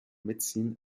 médecine